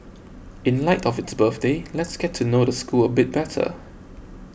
in light of its birthday let's get to know the school a bit better